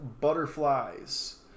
Butterflies